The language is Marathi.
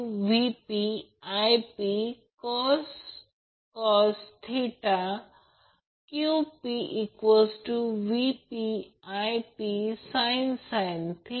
तर या प्रकरणात पूर्वी आपण पाहिले आहे की हे Vab आहे हे VAN आहे हा अँगल 30° आहे हे आपण आधी पाहिले आहे आणि हे Ia आहे